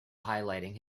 highlighting